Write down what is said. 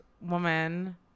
woman